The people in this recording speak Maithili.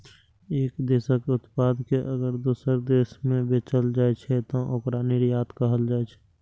एक देशक उत्पाद कें अगर दोसर देश मे बेचल जाइ छै, तं ओकरा निर्यात कहल जाइ छै